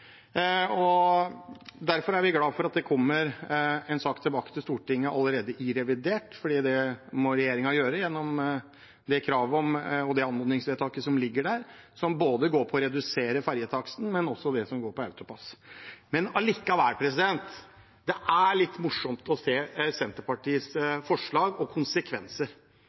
Derfor er vi glad for at det kommer en sak tilbake til Stortinget allerede i revidert, for det må regjeringen gjøre på grunn av det kravet og det anmodningsvedtaket som ligger der, som både går på å redusere ferjetaksten og på det som gjelder AutoPASS. Men allikevel: Det er litt morsomt å se Senterpartiets forslag og konsekvenser.